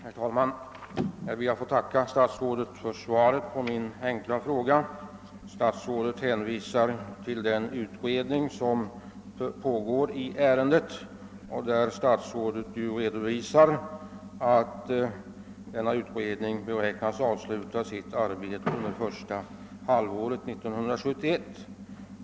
Herr talman! Jag ber att få tacka statsrådet för svaret på min enkla fråga. Statsrådet hänvisar till den utredning som pågår i ärendet och säger att denna utredning beräknas avsluta sitt arbete under första halvåret 1971.